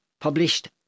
published